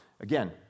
again